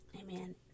Amen